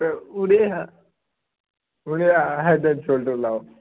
पर उ'नें ई उ'नें ई हैड ऐंड शोल्डर लाओ